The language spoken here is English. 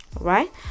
right